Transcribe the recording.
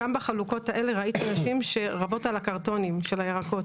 גם בחלוקות האלה ראיתי נשים שרבות על הקרטונים של הירקות.